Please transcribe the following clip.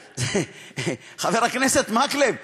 חבר הכנסת מקלב,